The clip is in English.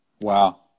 Wow